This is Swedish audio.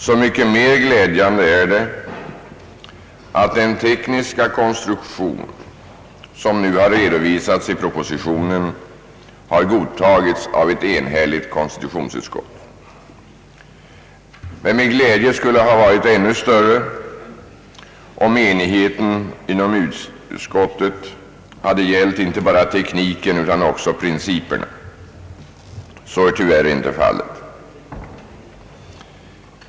Så mycket mer glädjande är det att den tekniska konstruktion som nu har redovisats i propositionen har godtagits av ett enhälligt konstitutionsutskott. Min glädje skulle ha varit ännu större om enigheten inom utskottet hade gällt inte bara tekniken utan också principen. Så är tyvärr inte fallet.